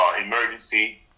emergency